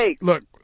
look